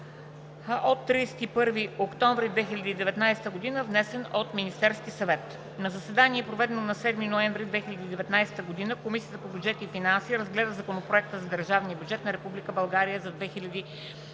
от 31октомври 2019 г., внесен от Министерския съвет. На заседание, проведено на 7 ноември 2019 г., Комисията по бюджет и финанси разгледа Законопроекта за държавния бюджет на Република